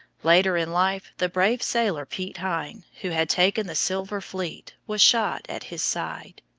later in life the brave sailor piet hein, who had taken the silver fleet, was shot at his side.